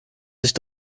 sich